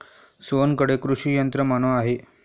सोहनकडे कृषी यंत्रमानव आहे